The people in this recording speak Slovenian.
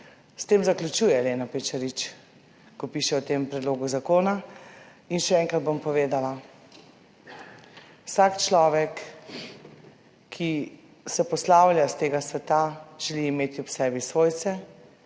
S tem zaključuje Elena Pečarič, ko piše o tem predlogu zakona. In še enkrat bom povedala, vsak človek, ki se poslavlja s tega sveta, želi imeti ob sebi svojce,